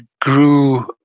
grew